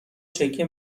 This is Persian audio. چکه